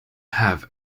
have